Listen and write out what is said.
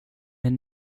med